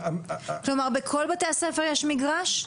כלומר בכל בתי-הספר יש מגרש?